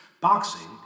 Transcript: Boxing